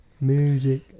Music